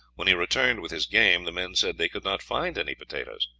when he returned with his game, the men said they could not find any potatoes.